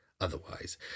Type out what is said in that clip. otherwise